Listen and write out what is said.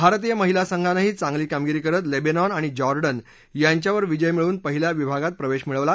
भारतीय महिला संघानंही चांगली कामगिरी करत लेबेनॉन आणि जॉर्डन यांच्यावर विजय मिळवून पहिल्या विभागात प्रवेश मिळवला